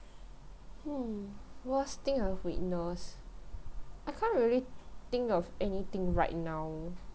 hmm worst thing I've witness I can't really think of anything right now